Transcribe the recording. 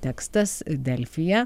tekstas delfyje